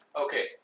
Okay